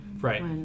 Right